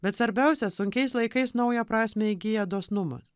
bet svarbiausia sunkiais laikais naują prasmę įgyja dosnumas